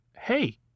Hey